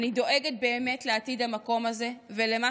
אני דואגת באמת לעתיד המקום הזה ולמה